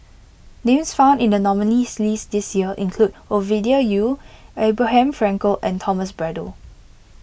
names found in the nominees' list this year include Ovidia Yu Abraham Frankel and Thomas Braddell